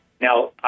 Now